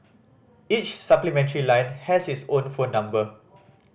each supplementary line has its own phone number